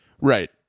Right